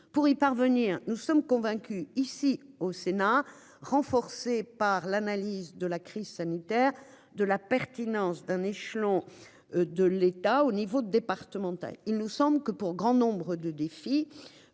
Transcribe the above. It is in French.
pour y parvenir, nous sommes convaincus ici au Sénat, renforcé par l'analyse de la crise sanitaire de la pertinence d'un échelon de l'État au niveau départemental, il nous semble que pour grand nombre de défis.